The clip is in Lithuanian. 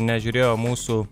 nežiūrėjo mūsų